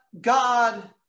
God